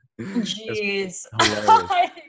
Jeez